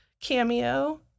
cameo